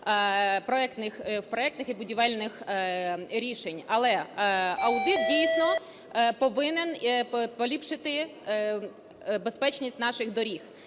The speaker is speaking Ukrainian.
проектних і будівельних рішень. Але аудит, дійсно, повинен поліпшити безпечність наших доріг.